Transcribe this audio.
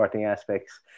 aspects